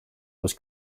was